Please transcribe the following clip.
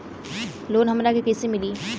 Loan हमरा के कईसे मिली?